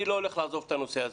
אני לא הולך לעזוב את הנושא הזה,